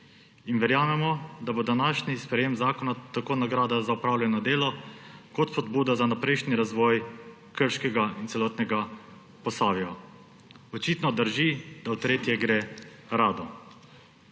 Verjamemo, da bo današnje sprejetje zakona tako nagrada za opravljeno delo kot spodbuda za vnaprejšnji razvoj Krškega in celotnega Posavja. Očitno drži, da v tretje gre rado.